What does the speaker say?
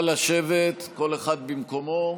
נא לשבת כל אחד במקומו.